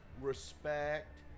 respect